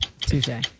tuesday